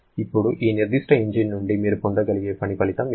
ఇప్పుడు ఈ నిర్దిష్ట ఇంజిన్ నుండి మీరు పొందగలిగే పని ఫలితం ఇదే